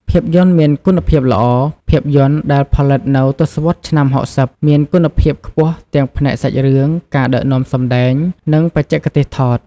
ភាពយន្តមានគុណភាពល្អ ភាពយន្តដែលផលិតនៅទសវត្សរ៍ឆ្នាំ៦០ មានគុណភាពខ្ពស់ទាំងផ្នែកសាច់រឿង ការដឹកនាំសម្ដែង និងបច្ចេកទេសថត។